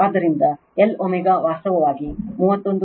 ಆದ್ದರಿಂದ Lω ವಾಸ್ತವವಾಗಿ 31